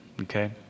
okay